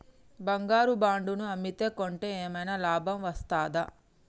బంగారు బాండు ను అమ్మితే కొంటే ఏమైనా లాభం వస్తదా?